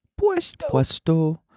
puesto